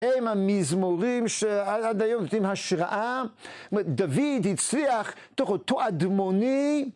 הם המזמורים שעד היום נותנים השראה. זאת אומרת דוד הצליח, אותו אדמוני...